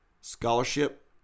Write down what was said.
scholarship